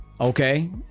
Okay